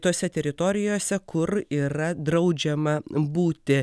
tose teritorijose kur yra draudžiama būti